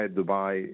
Dubai